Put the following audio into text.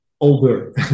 older